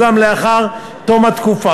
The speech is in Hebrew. איך יכול להיות?